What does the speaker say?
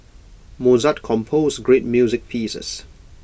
Mozart composed great music pieces